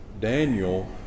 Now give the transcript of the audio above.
Daniel